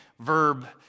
verb